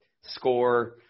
score –